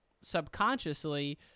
subconsciously